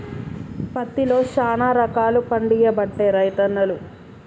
పత్తిలో శానా రకాలు పండియబట్టే రైతన్నలు